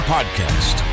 Podcast